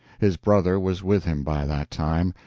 his brother was with him by that time,